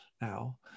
now